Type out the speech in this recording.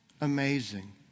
amazing